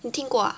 你听过 ah